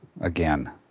again